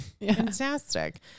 Fantastic